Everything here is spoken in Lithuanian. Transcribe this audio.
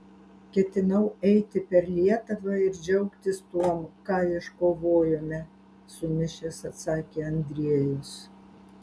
ketinau eiti per lietuvą ir džiaugtis tuom ką iškovojome sumišęs atsakė andriejus